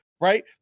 right